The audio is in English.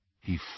He